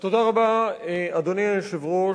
אדוני היושב-ראש,